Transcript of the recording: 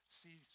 see